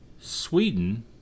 Sweden